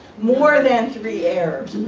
more than three errors,